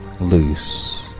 loose